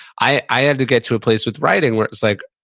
i had to get to a place with writing where it's like,